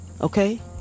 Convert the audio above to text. okay